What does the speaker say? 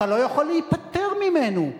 אתה לא יכול להיפטר ממנו,